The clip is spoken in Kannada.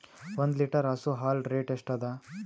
ಒಂದ್ ಲೀಟರ್ ಹಸು ಹಾಲ್ ರೇಟ್ ಎಷ್ಟ ಅದ?